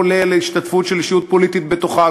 כולל השתתפות של אישיות פוליטית בתוכה,